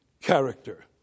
character